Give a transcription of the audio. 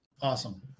awesome